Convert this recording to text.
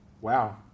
wow